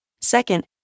Second